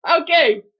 Okay